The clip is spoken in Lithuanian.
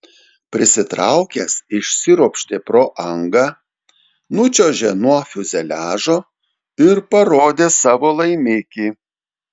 prisitraukęs išsiropštė pro angą nučiuožė nuo fiuzeliažo ir parodė savo laimikį